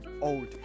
old